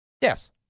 Yes